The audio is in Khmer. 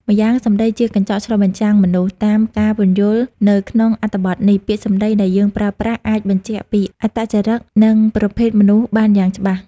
ម្យ៉ាងសម្ដីជាកញ្ចក់ឆ្លុះបញ្ចាំងមនុស្ស តាមការពន្យល់នៅក្នុងអត្ថបទនេះ ពាក្យសម្ដីដែលយើងប្រើប្រាស់អាចបញ្ជាក់ពីអត្តចរិត និងប្រភេទមនុស្សបានយ៉ាងច្បាស់។